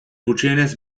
gutxienez